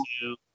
two